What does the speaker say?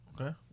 Okay